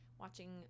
watching